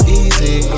easy